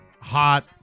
hot